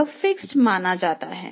यह फिक्स्ड माना जाता है